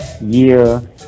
year